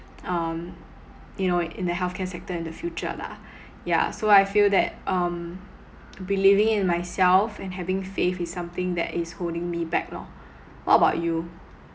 um you know in the healthcare sector in the future lah yeah so I feel that um believing in myself and having faith is something that is holding me back lor what about you